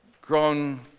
grown